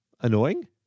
annoying